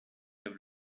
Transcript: have